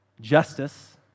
justice